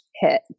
hit